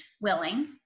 willing